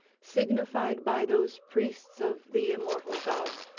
signified by those priests of the immortal gods,